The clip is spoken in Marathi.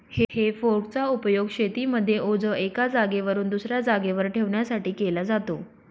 हे फोर्क चा उपयोग शेतीमध्ये ओझ एका जागेवरून दुसऱ्या जागेवर ठेवण्यासाठी केला जातो